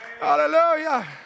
hallelujah